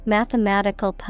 Mathematical